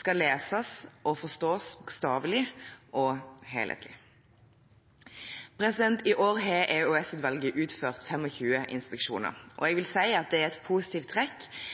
skal leses og forstås bokstavelig og helhetlig. I år har EOS-utvalget utført 25 inspeksjoner, og jeg vil si at det er et positivt trekk